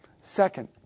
Second